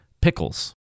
pickles